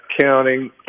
counting